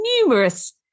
numerous